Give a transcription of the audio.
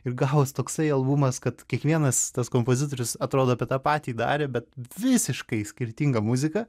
ir gavos toksai albumas kad kiekvienas tas kompozitorius atrodo apie tą patį darė bet visiškai skirtinga muzika